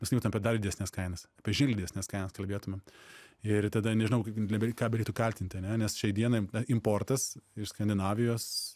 mes kalbėtume apie dar didesnes kainas apie žymiai didesnes kainas kalbėtumėm ir tada nežinau ką beliktų ir kaltint ane nes šiai dienai importas iš skandinavijos